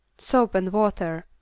soap and water